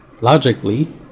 logically